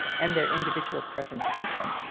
and their individual presentation,